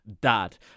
Dad